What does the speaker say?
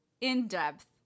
in-depth